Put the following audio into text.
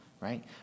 right